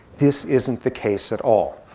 this isn't the case at all.